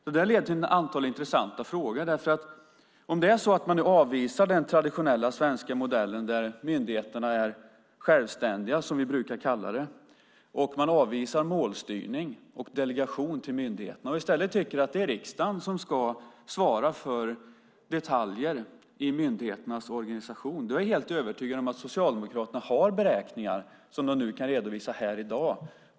Det leder till ett antal intressanta frågor om det är så att man avvisar den traditionella svenska modellen, där myndigheterna är självständiga, som vi brukar kalla det, och om man avvisar målstyrning och delegation till myndigheterna och i stället tycker att det är riksdagen som ska svara för detaljer i myndigheternas organisation. Jag är helt övertygad om att Socialdemokraterna har beräkningar av alternativen som de kan redovisa här i dag.